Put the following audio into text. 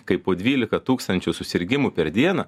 kai po dvylika tūkstančių susirgimų per dieną